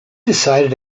decided